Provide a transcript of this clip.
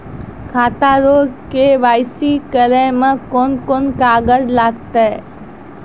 खाता रो के.वाइ.सी करै मे कोन कोन कागज लागतै?